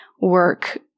work